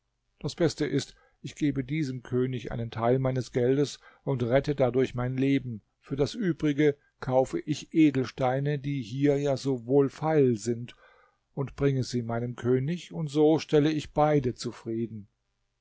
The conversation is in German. das beste ist ich gebe diesem könig einen teil meines geldes und rette dadurch mein leben für das übrige kaufe ich edelsteine die hier ja so wohlfeil sind und bringe sie meinem könig und so stelle ich beide zufrieden